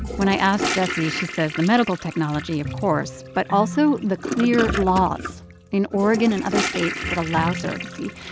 when i asked jessie, she says the medical technology, of course, but also the clear laws in oregon and other states that allow surrogacy.